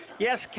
Yes